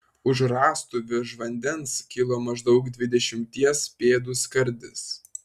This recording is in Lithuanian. už rąstų virš vandens kilo maždaug dvidešimties pėdų skardis